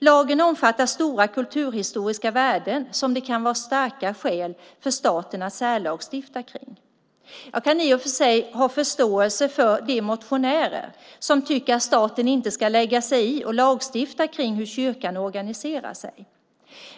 Lagen omfattar stora kulturhistoriska värden som det finns starka skäl för staten att särlagstifta kring. Jag kan i och för sig ha förståelse för de motionärer som tycker att staten inte ska lägga sig i och lagstifta om hur kyrkan organiserar sig.